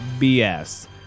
BS